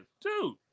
dude